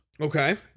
Okay